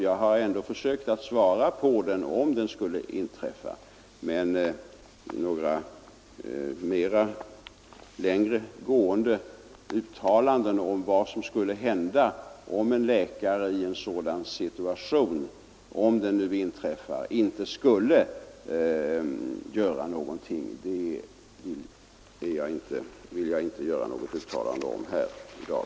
Jag har ändå försökt svara på frågan vad som skall göras om den skulle inträffa. Men vad som skulle hända om en läkare i en sådan situation — om den nu inträffar — inte skulle göra någonting, det vill jag inte göra något uttalande om här i dag.